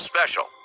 Special